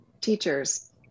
teachers